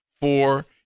Four